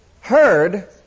Heard